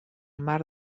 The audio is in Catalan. mar